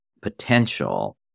potential